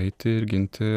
eiti ir ginti